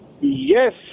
Yes